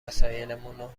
وسایلامو